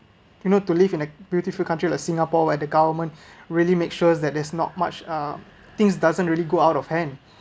you know to live in a beautiful country like singapore where the government really make sure that there's not much uh things doesn't really go out of hand